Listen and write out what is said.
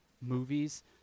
movies